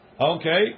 Okay